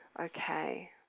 Okay